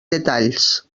detalls